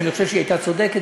שאני חושב שהיא הייתה צודקת,